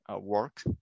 work